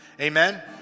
Amen